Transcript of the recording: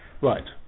Right